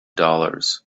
dollars